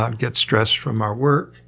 ah and get stressed from our work